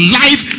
life